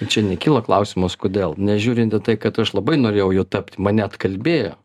čia nekyla klausimas kodėl nežiūrint į tai kad aš labai norėjau juo tapti mane atkalbėjo